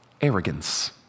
Arrogance